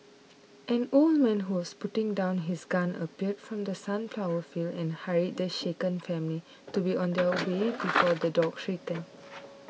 an old man who was putting down his gun appeared from the sunflower fields and hurried the shaken family to be on their way before the dogs return